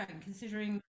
considering